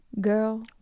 Girl